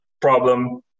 problem